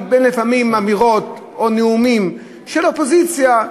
לפעמים בין אמירות או נאומים של אופוזיציה,